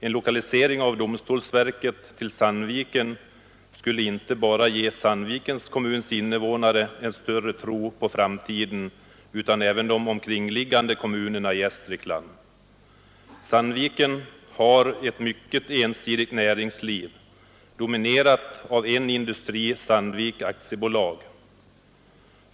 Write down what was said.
En lokalisering av domstolsverket till Sandviken skulle inte bara ge Sandvikens kommuns invånare utan även invånarna i de omkringliggande kommunerna i Gästrikland en större tro på framtiden. Sandviken har ett mycket ensidigt näringsliv, dominerat av en industri — Sandvik AB.